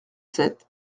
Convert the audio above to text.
sept